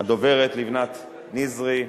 הדוברת לבנת נזרי,